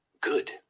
good